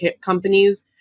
companies